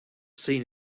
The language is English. seen